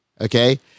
okay